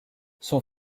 son